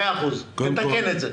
מאה אחוז, תתקן בזה,